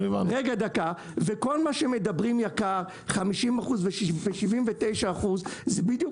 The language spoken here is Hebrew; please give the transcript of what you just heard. וכל מה שמדברים יקר 50% ו-79% זה בדיוק